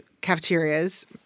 cafeterias